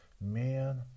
Man